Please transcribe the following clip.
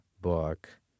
book